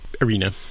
arena